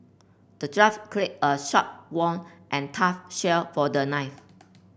the dwarf crafted a sharp won and tough shield for the knight